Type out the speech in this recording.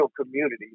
community